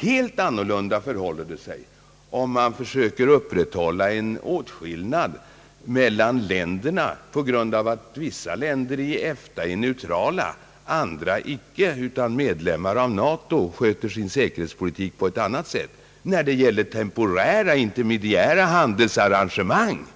Helt annorlunda förhåller det sig om man försöker att upprätthålla en åtskillnad mellan länderna på grund av att vissa länder i EFTA är neutrala, andra icke när det gäller temporära handelsarrangemang.